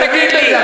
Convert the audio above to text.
אל תגיד לי.